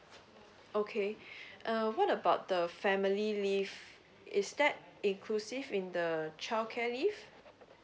okay uh what about the family leave Is that inclusive in the childcare leave